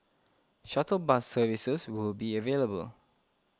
shuttle bus services will be available